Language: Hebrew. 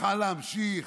צריכה להמשיך.